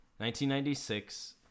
1996